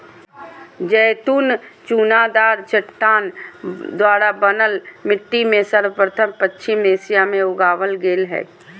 जैतून चुनादार चट्टान द्वारा बनल मिट्टी में सर्वप्रथम पश्चिम एशिया मे उगावल गेल हल